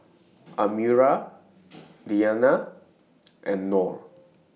Amirah Diyana and Nor